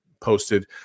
posted